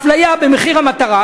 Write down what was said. אפליה במחיר מטרה,